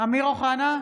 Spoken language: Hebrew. אמיר אוחנה,